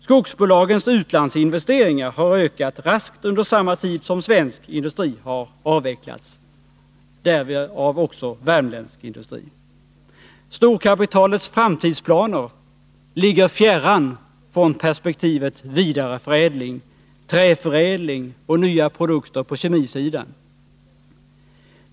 Skogsbolagens utlandsinvesteringar har ökat raskt under samma tid som svensk industri har avvecklats, därvid också värmländsk industri. Storkapitalets framtidsplaner ligger fjärran från perspektivet vidareförädling, träförädling och nya produkter på kemisidan.